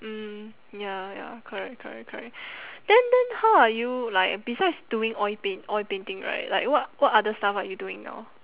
mm ya ya correct correct correct then then how are you like besides doing oil paint oil painting right like what what other stuff are you doing now